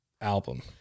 album